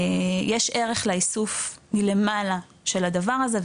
יש ערך לאיסוף מלמעלה של הדבר הזה,